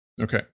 okay